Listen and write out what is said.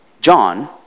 John